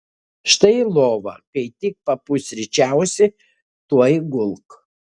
štai lova kai tik papusryčiausi tuoj gulk